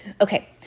okay